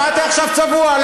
מה אתה עכשיו צבוע?